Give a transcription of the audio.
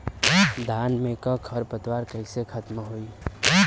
धान में क खर पतवार कईसे खत्म होई?